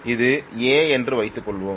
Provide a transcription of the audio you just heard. இது A என்று வைத்துக்கொள்வோம்